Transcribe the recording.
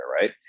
right